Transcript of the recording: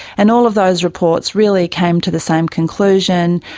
and all of those reports really came to the same conclusion,